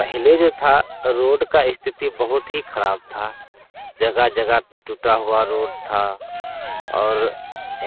पहले जो था तो रोड की स्थिति बहुत ही खराब थी जगह जगह पर टूटी हुई रोड थी और